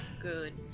good